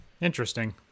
Interesting